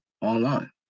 online